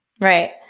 Right